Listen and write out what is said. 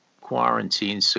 quarantine